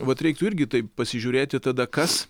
vat reiktų irgi taip pasižiūrėti tada kas